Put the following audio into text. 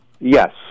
Yes